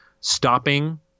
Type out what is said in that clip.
stopping